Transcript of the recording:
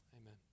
Amen